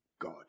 God